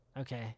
Okay